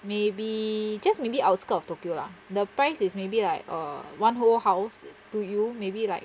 maybe just maybe outskirt of tokyo lah the price is maybe like uh one whole house to you maybe like